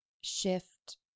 shift